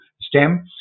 STEM